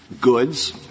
goods